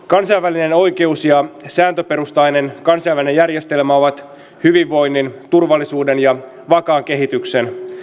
kansainvälinen oikeus ja sääntöperustainen kansainvälinen järjestelmä ovat hyvinvoinnin turvallisuuden ja vakaan kehityksen edellytyksiä